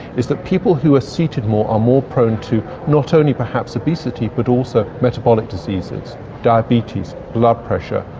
is that people who are seated more are more prone to not only perhaps obesity but also metabolic diseases diabetes, blood pressure,